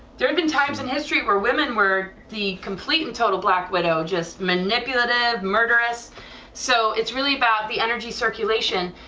there's been times in history where women were the complete and total black widow, just manipulative murderous so it's really about the energy circulation,